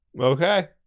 Okay